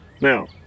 Now